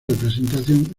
representación